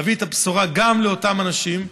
להביא את הבשורה גם לאותם אנשים,